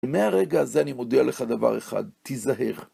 מהרגע הזה אני מודיע לך דבר אחד, תיזהר.